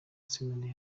sentare